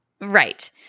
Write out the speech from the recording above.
Right